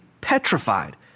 petrified